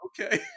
okay